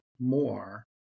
more